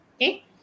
Okay